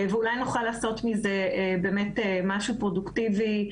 ואולי נוכל לעשות מזה באמת משהו פרודוקטיבי.